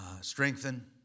strengthen